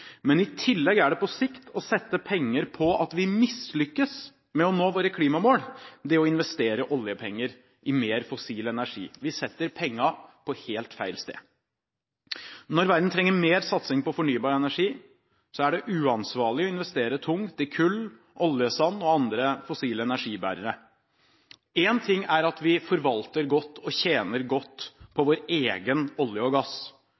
Men i tillegg er det å investere oljepenger i mer fossil energi på sikt å sette penger på at vi mislykkes med å nå våre klimamål. Vi investerer pengene på helt feil sted. Når verden trenger mer satsing på fornybar energi, er det uansvarlig å investere tungt i kull, oljesand og andre fossile energibærere. Én ting er at vi forvalter godt og tjener godt på vår egen olje og gass